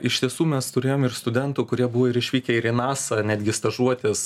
iš tiesų mes turėjom ir studentų kurie buvo ir išvykę ir į nasa netgi stažuotis